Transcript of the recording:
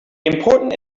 important